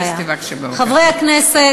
חברי הכנסת,